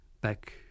back